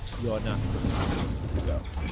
yonah refused to go.